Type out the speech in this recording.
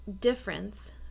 difference